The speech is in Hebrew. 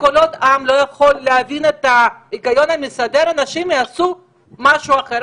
כל עוד העם לא יכול להבין את ההיגיון המסדר אנשים יעשו משהו אחר.